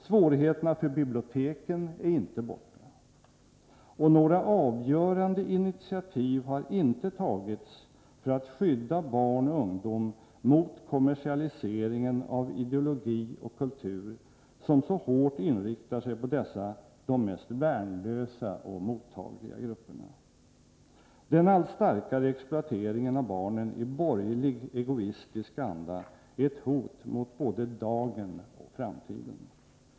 Svårigheterna för biblioteken är inte borta. Och några avgörande initiativ har inte tagits för att skydda barn och ungdom mot kommersialiseringen av ideologi och kultur, som så hårt inriktar sig på dessa de mest värnlösa och mottagliga grupperna. Den allt starkare exploateringen av barnen i borgerlig egoistisk anda är ett hot mot både nutid och framtid.